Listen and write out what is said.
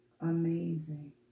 amazing